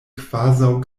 kvazaŭ